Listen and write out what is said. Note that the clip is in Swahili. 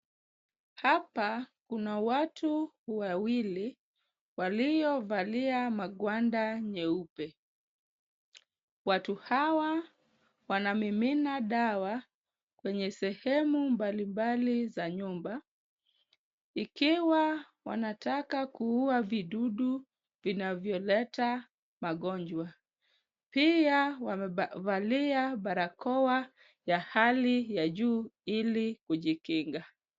Hapa kuna watu wawili waliovalia magwanda nyeupe. Watu hawa wanamimina dawa kwenye sehemu mbalimbali za nyumba, ikiwa wanataka kuua vidudu vinavyoleta magonjwa. Pia wamevalia barakoa ya hali ya juu ili kujikinga.